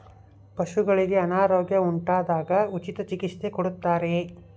ಪಶುಗಳಿಗೆ ಅನಾರೋಗ್ಯ ಉಂಟಾದಾಗ ಉಚಿತ ಚಿಕಿತ್ಸೆ ಕೊಡುತ್ತಾರೆಯೇ?